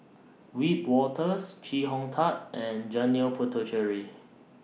Wiebe Wolters Chee Hong Tat and Janil Puthucheary